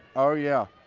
oh yeah.